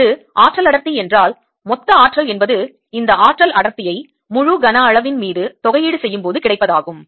அது ஆற்றல் அடர்த்தி என்றால் மொத்த ஆற்றல் என்பது இந்த ஆற்றல் அடர்த்தியை முழு கன அளவின் மீது தொகையீடு செய்யும்போது கிடைப்பதாகும்